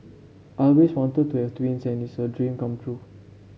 I always wanted to have twins and it's a dream come true